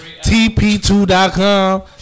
TP2.com